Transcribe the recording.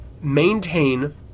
maintain